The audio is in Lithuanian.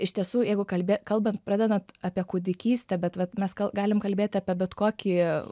iš tiesų jeigu kalbė kalbant pradedant apie kūdikystę bet vat mes gal galim kalbėti apie bet kokį